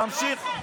תמשיך.